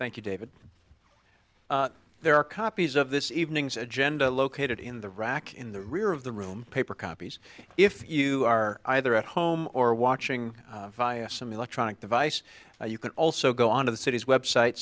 thank you david there are copies of this evening's agenda located in the rack in the rear of the room paper copies if you are either at home or watching via some electronic device you can also go on to the city's website